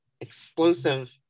explosive